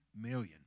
million